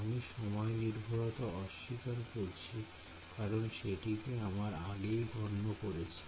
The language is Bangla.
আমি সময় নির্ভরতা অস্বীকার করছি কারণ সেটিকে আমরা আগেই গণ্য করেছি